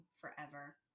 forever